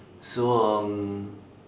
so um